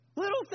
Little